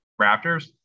Raptors